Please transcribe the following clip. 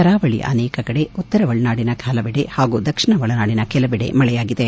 ಕರಾವಳಿಯ ಅನೇಕ ಕಡೆ ಉತ್ತರ ಒಳನಾಡಿನ ಪಲವೆಡೆ ಪಾಗೂ ದಕ್ಷಿಣ ಒಳನಾಡಿನ ಕೆಲವೆಡೆ ಮಳೆಯಾಗಿದೆ